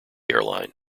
airline